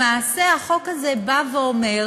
למעשה, החוק הזה בא ואומר,